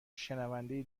شنونده